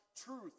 truth